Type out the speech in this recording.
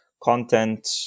content